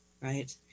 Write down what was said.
right